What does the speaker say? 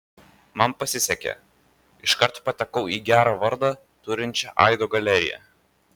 man pasisekė iškart patekau į gerą vardą turinčią aido galeriją